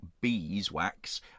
beeswax